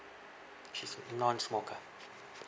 she's non-smoker